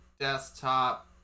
desktop